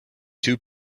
two